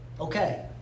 Okay